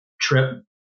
trip